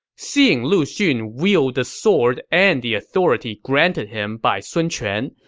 seeing lu xun wield the sword and the authority granted him by sun quan,